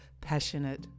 passionate